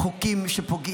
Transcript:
שרה.